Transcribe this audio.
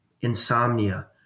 insomnia